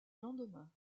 lendemain